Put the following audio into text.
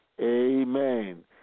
Amen